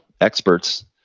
experts